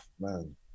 man